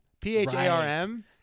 P-H-A-R-M